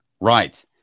Right